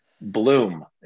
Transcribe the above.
bloom